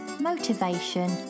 motivation